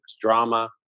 drama